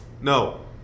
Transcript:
no